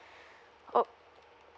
oh